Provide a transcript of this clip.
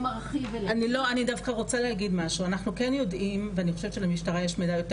אני דווקא רוצה להגיד משהו ואני חושבת שלמשטרה יש מידע יותר